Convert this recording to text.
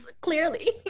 clearly